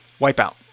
Wipeout